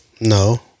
No